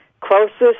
closest